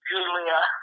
Julia